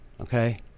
okay